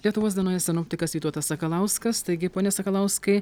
lietuvos dienoje sinoptikas vytautas sakalauskas taigi pone sakalauskai